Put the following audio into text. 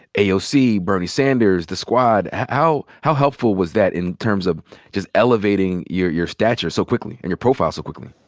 aoc, bernie sanders, the squad. how how helpful was that in terms of just elevating your your stature so quickly and your profile so quickly?